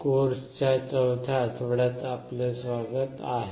course च्या चौथ्या आठवड्यात आपले स्वागत आहे